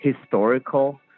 historical